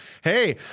Hey